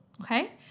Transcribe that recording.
Okay